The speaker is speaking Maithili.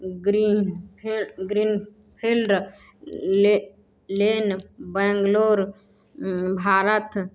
green greenfield lane Bangalore Bharat